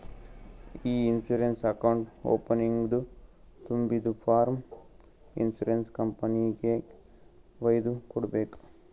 E insurance account ಓಪನಿಂಗ್ದು ತುಂಬಿದು form insurance ಕಂಪನಿಗೆಗ್ ವೈದು ಕೊಡ್ಬೇಕ್